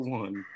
one